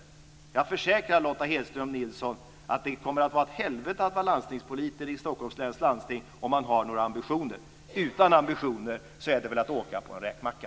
Jag försäkrar, Lotta Nilsson-Hedström, att det kommer att vara ett helvete att vara landstingspolitiker i Stockholms läns landsting om man har några ambitioner. Utan ambitioner är det väl att åka på en räkmacka.